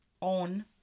on